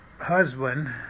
husband